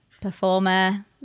performer